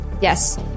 Yes